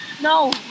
no